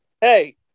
hey